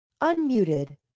Unmuted